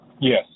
Yes